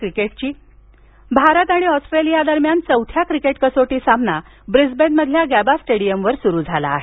cricket Bharat आणि Australia दरम्यान चौथा क्रिकेट कसोटी सामना ब्रिस्बेनमधल्या गॅबा स्टेडियमवर सुरू झाला आहे